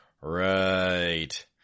Right